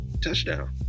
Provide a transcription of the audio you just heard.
touchdown